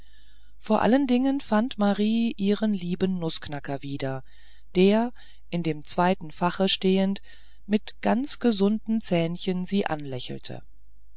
vor allen dingen fand marie ihren lieben nußknacker wieder der in dem zweiten fache stehend mit ganz gesunden zähnchen sie anlächelte